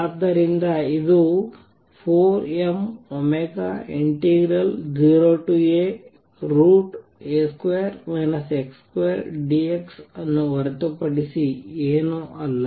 ಆದ್ದರಿಂದ ಇದು 4m0A√dx ಅನ್ನು ಹೊರತುಪಡಿಸಿ ಏನೂ ಅಲ್ಲ